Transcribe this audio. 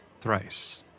thrice